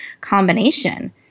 combination